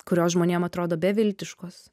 kurios žmonėm atrodo beviltiškos